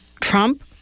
Trump